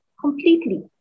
completely